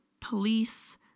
police